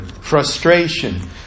frustration